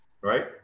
right